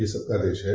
यह सबका देश है